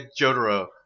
Jotaro